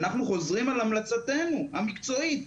אנחנו חוזרים על המלצתנו המקצועית,